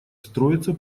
строится